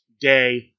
day